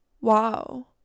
wow